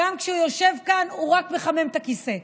גם כשהוא יושב כאן הוא רק מחמם את הכיסא.